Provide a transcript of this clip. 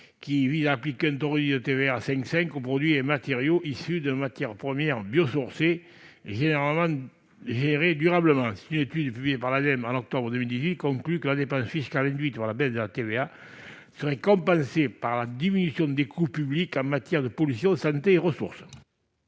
vise à appliquer un taux de TVA à 5,5 % sur les produits et matériaux issus de matières premières biosourcées gérées durablement. Une étude publiée par l'Ademe au mois d'octobre 2010 conclut que la dépense fiscale induite par la baisse de la TVA serait compensée par la diminution des coûts publics en matière de pollution, santé et ressources.